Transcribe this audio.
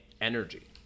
energy